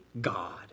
God